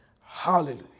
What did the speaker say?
Hallelujah